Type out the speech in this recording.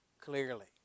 clearly